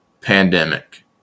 pandemic